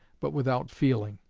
but without feeling.